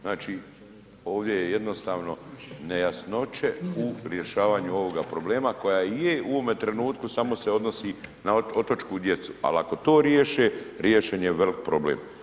Znači ovdje je jednostavno nejasnoće u rješavanju ovoga problema koja je u ovome trenutku samo se odnosi na otočku djecu, ali ako to riješe riješen je veliki problem.